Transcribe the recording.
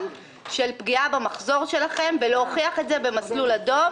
של פגיעה במחזור שלכם ולהוכיח את זה במסלול אדום,